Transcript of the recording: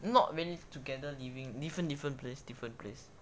not really together living different different place different place